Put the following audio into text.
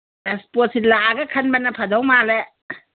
ꯑꯁ ꯄꯣꯠꯁꯤ ꯂꯥꯛꯑꯒ ꯈꯟꯕꯅ ꯐꯗꯧ ꯃꯥꯜꯂꯦ